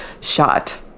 shot